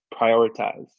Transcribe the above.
prioritize